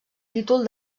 títol